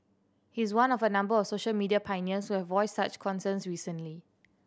he is one of a number of social media pioneers who have voiced such concerns recently